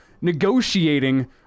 negotiating –